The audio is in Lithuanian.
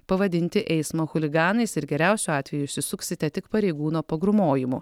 pavadinti eismo chuliganais ir geriausiu atveju išsisuksite tik pareigūno pagrūmojimu